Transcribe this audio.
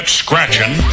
scratching